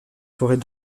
forêt